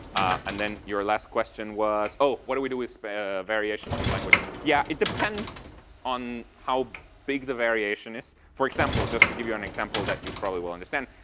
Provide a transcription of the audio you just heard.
and then your last question was? oh. what do we do with variations of languages? yeah. it depends on how big the variation is. for example, just to give you an example that you probably will understand,